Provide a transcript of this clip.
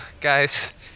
Guys